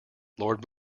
lord